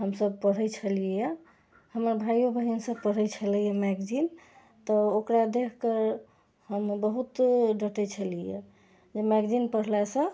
हमसब पढ़ैत छलियै हमर भाइयो बहिन सब पढ़ैत छलैया मैगजीन तऽ ओकरा देखि कऽ हम बहुत डँटैत छलियै जे मैगजीन पढ़लासँ